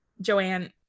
Joanne